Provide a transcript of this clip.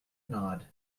nod